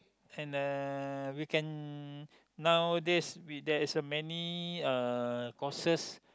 and uh you can nowadays we there is uh many courses